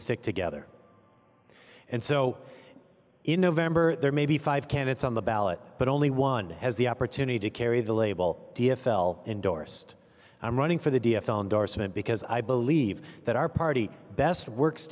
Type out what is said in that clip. sit together and so in november there may be five candidates on the ballot but only one has the opportunity to carry the label d f l endorsed i'm running for the d f l endorsement because i believe that our party best works